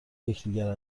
یکدیگر